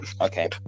okay